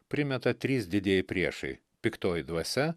primeta trys didieji priešai piktoji dvasia